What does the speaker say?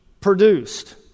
produced